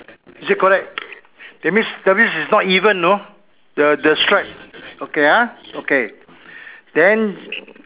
is it correct that means that means it's not even know the the strap okay ah okay then